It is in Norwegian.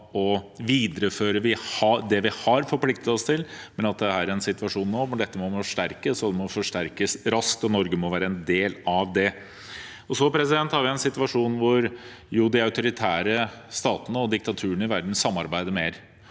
å videreføre det vi har forpliktet oss til, men det er nå en situasjon hvor dette må forsterkes. Det må forsterkes raskt, og Norge må være en del av det. Vi har også en situasjon hvor de autoritære statene og diktaturene i verden samarbeider mer.